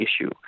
issue